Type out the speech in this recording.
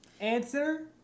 Answer